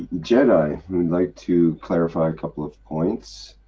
jedi who'd like to clarify a couple of points.